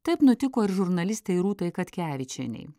taip nutiko ir žurnalistei rūtai katkevičienei